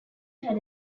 had